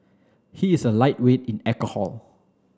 he is a lightweight in alcohol